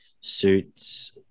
suits